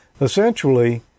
essentially